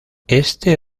este